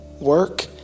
work